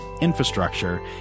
infrastructure